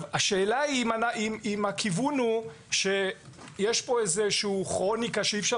השאלה היא אם הכיוון הוא שיש פה איזושהי כרוניקה שאי אפשר